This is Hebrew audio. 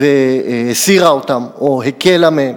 והסירה אותן, או הקלה מהן?